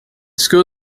school